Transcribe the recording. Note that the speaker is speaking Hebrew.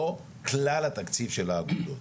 או כלל התקציב של האגודות.